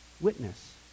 witness